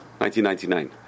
1999